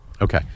Okay